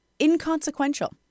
inconsequential